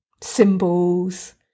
symbols